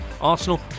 Arsenal